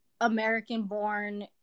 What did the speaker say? American-born